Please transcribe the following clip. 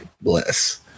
bless